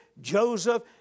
Joseph